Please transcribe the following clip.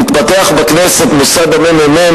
התפתח בכנסת מוסד הממ"מ,